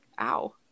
ow